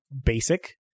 basic